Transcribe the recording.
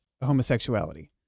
homosexuality